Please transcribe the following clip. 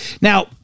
Now